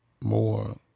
more